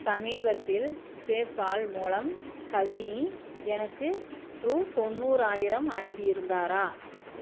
சமீபத்தில் பேபால் மூலம் கவினி எனக்கு ரூபா தொண்ணூறாயிரம் அனுப்பியிருந்தாரா